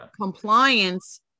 compliance